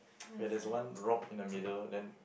where there's one rock in the middle then